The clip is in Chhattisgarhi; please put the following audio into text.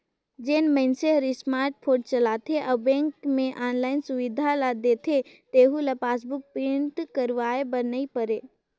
जेन मइनसे हर स्मार्ट फोन चलाथे अउ बेंक मे आनलाईन सुबिधा ल देथे तेहू ल पासबुक प्रिंट करवाये बर नई परे